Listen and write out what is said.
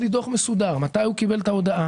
לי דוח מסודר: מתי הוא קיבל את ההודעה,